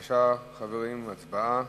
חברים, בבקשה, הצבעה.